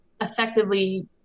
effectively